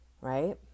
right